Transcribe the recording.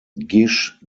gish